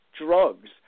drugs